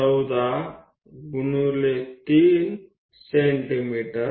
14 3 centimetre